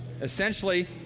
essentially